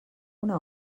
una